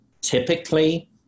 typically